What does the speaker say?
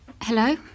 Hello